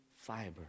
fiber